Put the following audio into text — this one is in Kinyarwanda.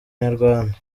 nyarwanda